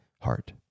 heart